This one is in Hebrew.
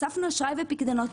אשראי ופיקדונות.